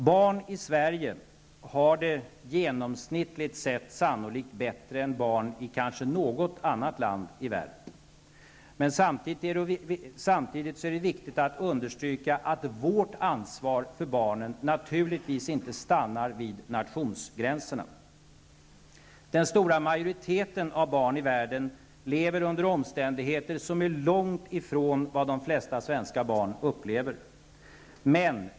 Barn i Sverige har det genomsnittligt sett sannolikt bättre än barn i något annat land i världen. Samtidigt är det emellertid viktigt att understryka att vårt ansvar för barnen naturligtvis inte stannar vid nationsgränserna. Den stora majoriteten av barn i världen lever under omständigheter som är långt ifrån vad de flesta svenska barn upplever.